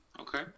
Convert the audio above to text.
Okay